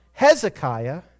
Hezekiah